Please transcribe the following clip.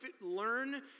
learn